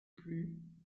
plut